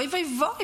אוי ואבוי,